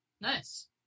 Nice